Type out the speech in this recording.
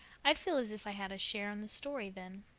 i'd feel as if i had a share in the story then.